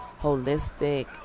holistic